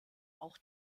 auch